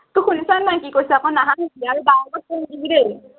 তোক শুনিছনে নাই কি কৈছোঁ আকৌ নাহাঁহিবি আৰু বাৰ আগত কৈ নিদিবি দেই